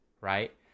right